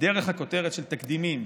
דרך הכותרת של תקדימים.